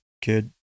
kid